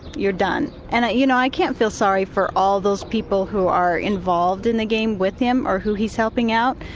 you're done. and you know i can't feel sorry for all those people who are involved in the game with him or who he's helping out.